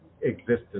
existence